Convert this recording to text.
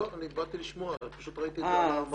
לא, אני באתי לשמוע, פשוט ראיתי את הנושא על המסך.